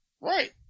Right